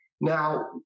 Now